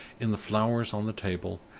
in the flowers on the table,